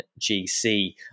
GC